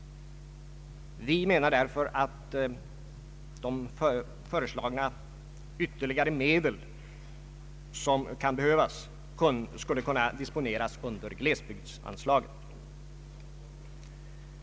Vi menar därför att föreslagna ytterligare medel bör kunna få disponeras under glesbygdsanslaget.